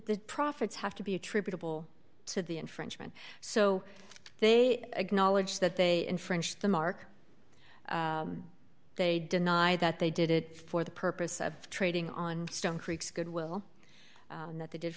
the profits have to be attributable to the infringement so they acknowledge that they infringe the mark they denied that they did it for the purpose of trading on stone creek's good will that they did